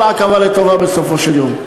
כל עכבה לטובה בסופו של יום.